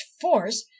force